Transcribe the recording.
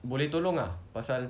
boleh tolong ah pasal